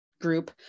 group